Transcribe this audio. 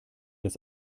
das